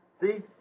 See